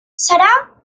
serà